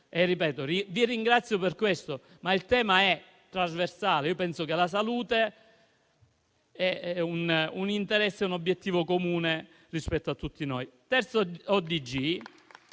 Vi ringrazio per questo, ma il tema è trasversale. Penso che la salute sia un interesse e un obiettivo comune a tutti noi.